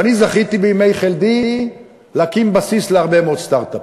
ואני זכיתי בימי חלדי להקים בסיס להרבה מאוד סטרט-אפים.